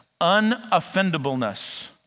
unoffendableness